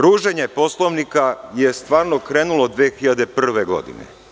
Ruženje Poslovnika je stvarno krenulo 2001. godine.